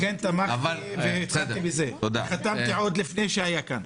לכן חתמתי עוד לפני שזה עלה כאן ותמכתי בזה.